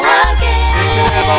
again